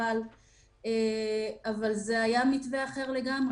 אבל זה היה מתווה אחר לגמרי.